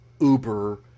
uber